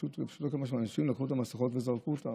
פשוטו כמשמעו, אנשים לקחו את המסכות וזרקו אותן.